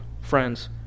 friends